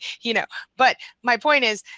you know, but my point is,